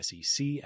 SEC